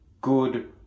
good